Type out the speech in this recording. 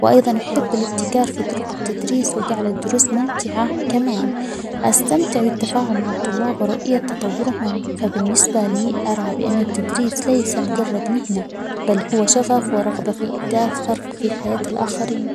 وأيضا أحب الإبتكار في طرق التدريس وجعل الدروس ممتعة، كمان استمتع بالتفاعل مع الطلاب ورؤية تطورهم، فبالنسبة لي أرى بأن التدريس ليس مجرد مهنة، بل هو شغف، ورغبة في إحداث فرق في حياة الآخرين.